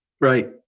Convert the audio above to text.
right